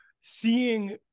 seeing